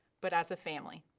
but as a family.